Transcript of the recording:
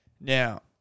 Now